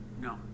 No